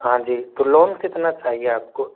हाँ जी तो लोन कितना चाहिए आपको